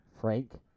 Frank